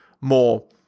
more